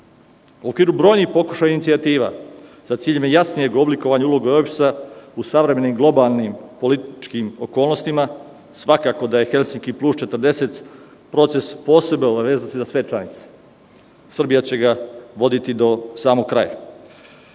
U okviru brojnih pokušaja i inicijativa, sa ciljem jasnijeg oblikovanja uloge OEBS-a u savremenim globalnim političkim okolnostima, svakako da je Helsinki plus 40 proces posebne obaveze za sve članice. Srbija će ga voditi do samog